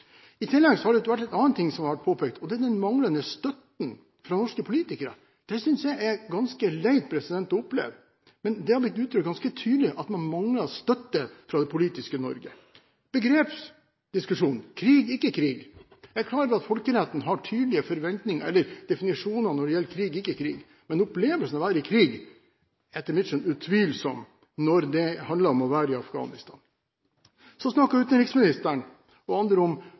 I tillegg er det en annen ting som har vært påpekt, og det er den manglende støtten fra norske politikere. Det synes jeg er ganske leit å oppleve. Men det har blitt uttrykt ganske tydelig at man mangler støtte fra det politiske Norge. Når det gjelder begrepsdiskusjonen om krig eller ikke krig, er jeg klar over at folkeretten har tydelige definisjoner, men opplevelsen av å være i krig er etter mitt skjønn utvilsom når det handler om å være i Afghanistan. Så snakket utenriksministeren og andre om